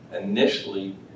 Initially